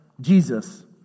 Jesus